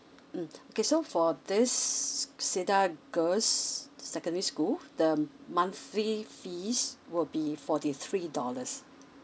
mm okay so for this cedar girls' secondary school the monthly fees will be forty three dollars